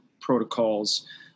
protocols